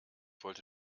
wollte